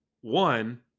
one